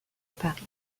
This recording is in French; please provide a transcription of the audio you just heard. paris